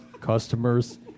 customers